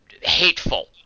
hateful